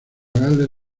gales